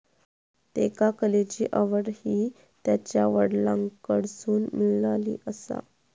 त्येका कलेची आवड हि त्यांच्या वडलांकडसून मिळाली आसा